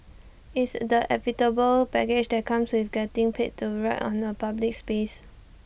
IT is the inevitable baggage that comes with getting paid to write on A public space